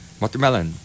watermelon